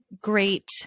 great